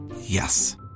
Yes